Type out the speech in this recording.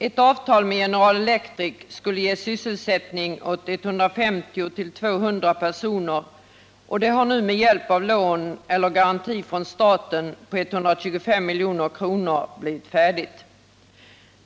Ett avtal med General Electric skulle ge sysselsättning åt 150-200 personer, och det har nu med hjälp av lån eller garanti från staten på 125 milj.kr. blivit färdigt.